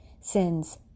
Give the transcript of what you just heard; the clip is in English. sins